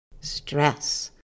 Stress